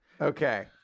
Okay